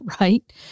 right